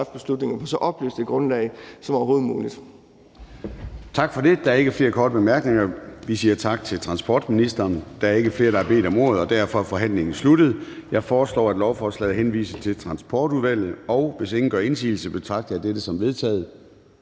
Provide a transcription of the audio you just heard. at træffe beslutninger på så oplyst et grundlag som overhovedet muligt.